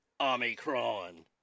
Omicron